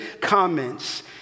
comments